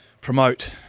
promote